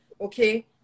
okay